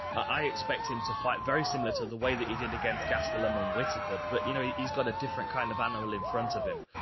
i expect him to fight very similar to the way that he did against gastelum and whittaker, but you know, he's got a different kind of animal in front of him.